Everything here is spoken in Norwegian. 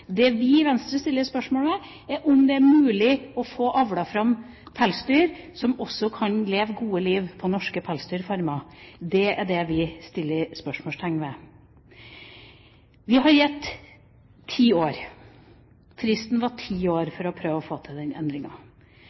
Det vi i Venstre stiller spørsmål ved, er om det er mulig å få avlet fram pelsdyr som også kan leve gode liv på norske pelsdyrfarmer. Det er det vi setter spørsmålstegn ved. Vi har gitt det ti år. Fristen var ti år for å prøve å få til